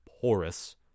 porous